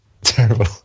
Terrible